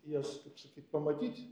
jas kaip sakyt pamatyt